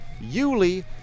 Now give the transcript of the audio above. Yuli